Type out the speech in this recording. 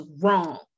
wrong